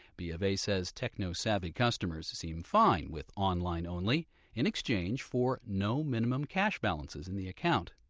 b of a says techno-savvy customers seem fine with online-only in exchange for no minimum cash balances in the account.